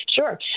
Sure